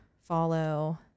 follow